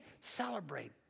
celebrate